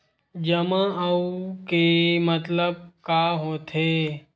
जमा आऊ के मतलब का होथे?